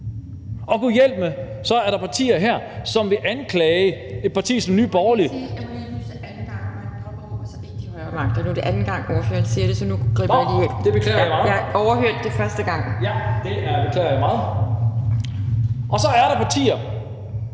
Og gudhjælpemig er der partier her, som vil anklage et parti som Nye Borgerlige ... Kl. 17:38 Anden